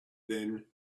then